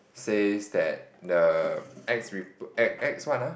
says that the ex repo~ ex ex what ah